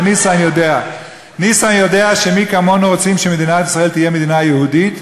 ניסן יודע שמי כמונו רוצים שמדינת ישראל תהיה מדינה יהודית,